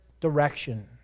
direction